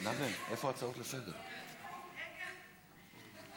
ההצעה להעביר את הצעת חוק זכויות הסטודנט (תיקון,